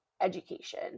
education